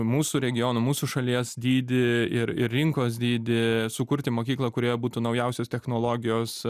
mūsų regiono mūsų šalies dydį ir rinkos dydį sukurti mokyklą kurioje būtų naujausios technologijos